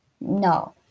No